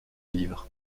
livres